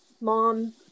mom